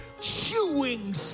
chewing